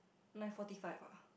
nine forty five ah